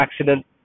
accident